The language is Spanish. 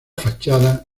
fachada